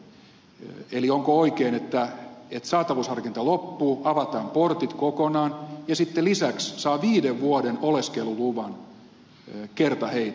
eli onko oikein että saatavuusharkinta loppuu avataan portit kokonaan ja sitten lisäksi saa viiden vuoden oleskeluluvan kertaheitolla